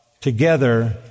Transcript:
together